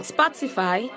Spotify